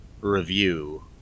review